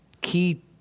key